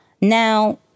Now